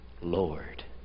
Lord